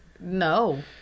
No